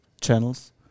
channels